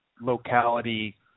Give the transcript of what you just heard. locality